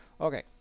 Okay